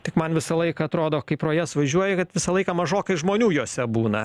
tik man visą laiką atrodo kai pro jas važiuoji kad visą laiką mažokai žmonių jose būna